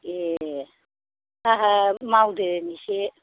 ए आहा मावदों एसे